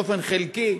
באופן חלקי,